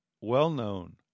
well-known